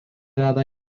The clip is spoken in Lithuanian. veda